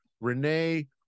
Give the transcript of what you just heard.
Renee